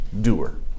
doer